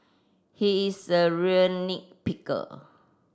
he is a real nit picker